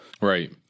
Right